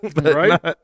right